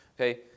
Okay